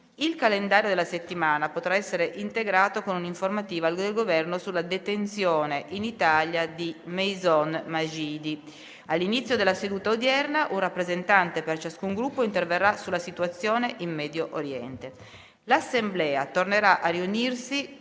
Il calendario della settimana potrà essere integrato con un'informativa del Governo sulla detenzione in Italia di Maysoon Majidi. All'inizio della seduta odierna un rappresentante per ciascun Gruppo interverrà sulla situazione in Medio Oriente. L'Assemblea tornerà a riunirsi,